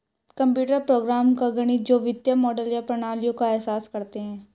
computer program का गणित जो वित्तीय मॉडल या प्रणालियों का एहसास करते हैं